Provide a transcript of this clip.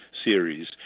series